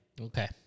Okay